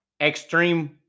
extreme